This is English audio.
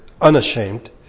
unashamed